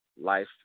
life